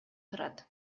турат